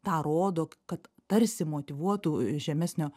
tą rodo kad tarsi motyvuotų žemesnio